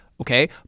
okay